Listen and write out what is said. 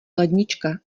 lednička